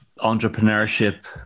entrepreneurship